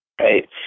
Right